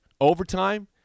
overtime